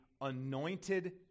anointed